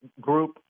group